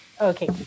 Okay